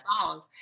songs